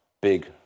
big